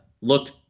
looked